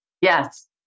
Yes